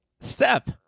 step